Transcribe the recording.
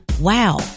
wow